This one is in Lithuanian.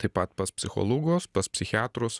taip pat pas psichologus pas psichiatrus